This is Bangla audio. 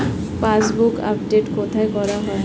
পাসবুক আপডেট কোথায় করা হয়?